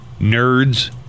Nerds